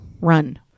Run